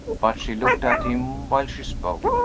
but she looked at him while she spoke.